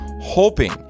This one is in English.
hoping